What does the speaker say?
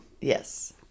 Yes